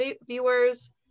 viewers